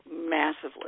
massively